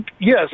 Yes